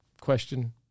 question